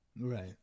Right